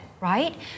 right